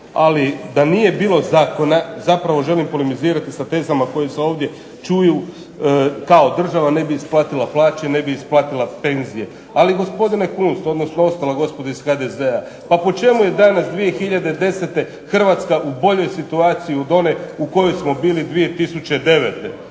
Ali da nije bilo zakona, zapravo želim polemizirati sa tezama koje se ovdje čuju, kao država ne bi isplatila plaće, ne bi isplatila penzije. Ali gospodine Kunst, odnosno ostala gospodo iz HDZ-a pa po čemu je danas 2010. Hrvatska u boljoj situaciji od one u kojoj smo bili 2009.?